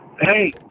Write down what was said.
Hey